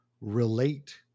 relate